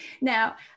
Now